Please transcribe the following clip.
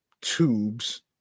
tubes